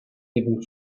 living